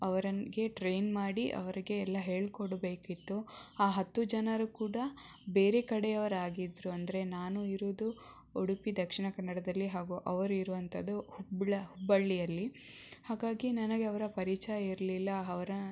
ಅವರಿಗೆ ಟ್ರೈನ್ ಮಾಡಿ ಅವರಿಗೆ ಎಲ್ಲ ಹೇಳಿಕೊಡಬೇಕಿತ್ತು ಆ ಹತ್ತು ಜನರು ಕೂಡ ಬೇರೆ ಕಡೆಯವರಾಗಿದ್ದರು ಅಂದರೆ ನಾನು ಇರುವುದು ಉಡುಪಿ ದಕ್ಷಿಣ ಕನ್ನಡದಲ್ಲಿ ಹಾಗೂ ಅವರು ಇರುವಂತಹದ್ದು ಹುಬ್ಳ ಹುಬ್ಬಳ್ಳಿಯಲ್ಲಿ ಹಾಗಾಗಿ ನನಗೆ ಅವರ ಪರಿಚಯ ಇರಲಿಲ್ಲ ಅವರ